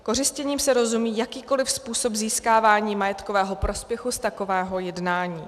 Kořistěním se rozumí jakýkoliv způsob získávání majetkového prospěchu z takového jednání.